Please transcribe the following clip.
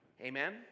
Amen